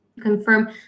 confirm